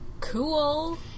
cool